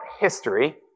history